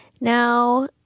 Now